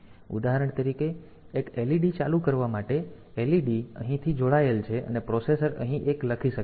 ઉદાહરણ તરીકે એક LED ચાલુ કરવા માટે LED અહીંથી જોડાયેલ છે અને પ્રોસેસર અહીં એક લખી શકે છે